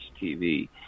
TV